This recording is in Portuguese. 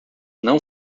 não